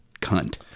cunt